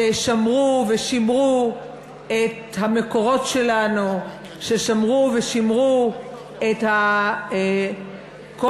ששמרו ושימרו את המקורות שלנו, ששמרו ושימרו את כל